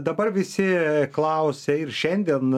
dabar visi klausia ir šiandien